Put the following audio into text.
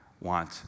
want